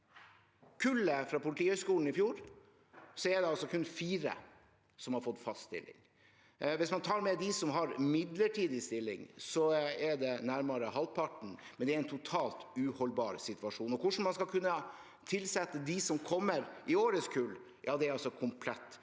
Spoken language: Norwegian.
kullet på Politihøgskolen i fjor er det altså kun fire som har fått fast stilling. Hvis man tar med dem som har midlertidig stilling, er det nærmere halvparten, men det er en totalt uholdbar situasjon. Hvordan man skal kunne tilsette dem som kommer i årets kull, er altså komplett